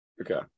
Okay